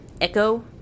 Echo